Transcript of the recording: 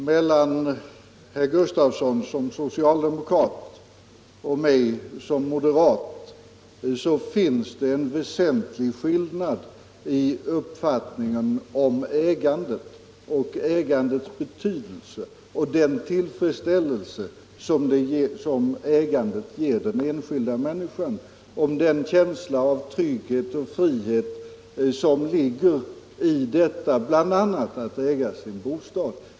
Mellan herr Gustafsson i Stockholm som socialdemokrat och mig som moderat finns det en väsentlig skillnad i uppfattningen om ägandet, om ägandets betydelse, om den tillfredsställelse som ägandet ger den enskilda människan, om den känsla av trygghet och frihet som ligger bl.a. i detta att äga sin bostad.